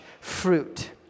fruit